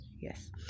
Yes